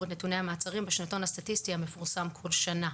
את נתוני המעצרים בשנתון הסטטיסטי המפורסם כל שנה,